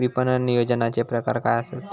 विपणन नियोजनाचे प्रकार काय आसत?